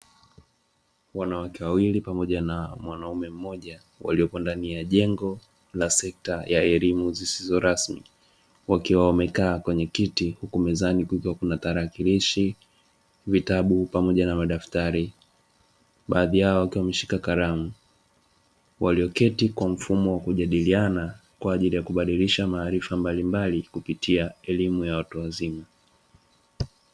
Wanawake wawili pamoja na mwanaume mmoja wako ndani ya jengo la sekta ya elimu zisizo rasmi wakiwa wamekaa kwenye kiti huku mezani kukiwa kuna tarakilishi, vitabu pamoja na madaftari baadhi yao wakiwa wameshika kalamu. Walioketi kwa mfumo wa kujadiliana kwa ajili ya kubadilisha maarifa mbalimbali kupitia elimu ya watu zima.